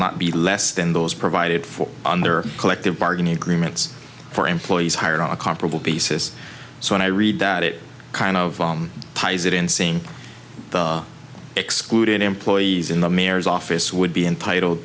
not be less than those provided for under collective bargaining agreements for employees hired on a comparable basis so when i read that it kind of ties it in saying that excluded employees in the mayor's office would be entitled